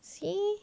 see